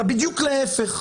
אלא בדיוק להפך.